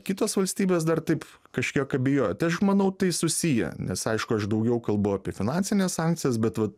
kitos valstybės dar taip kažkiek abejoja tai aš manau tai susiję nes aišku aš daugiau kalbu apie finansines sankcijas bet vat